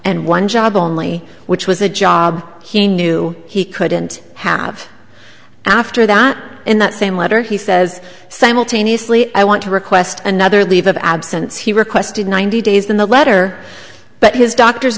and one job only which was a job he knew he couldn't have after that in that same letter he says simultaneously i want to request another leave of absence he requested ninety days in the letter but his doctor's